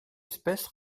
espèce